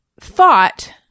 thought